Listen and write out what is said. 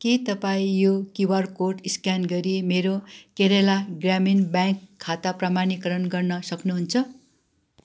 के तपाईँ यो क्युआर कोड स्क्यान गरी मेरो केरेला ग्रामीण ब्याङ्क खाता प्रमाणीकरण गर्न सक्नुहुन्छ